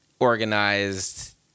Organized